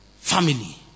family